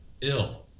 ill